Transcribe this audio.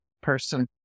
person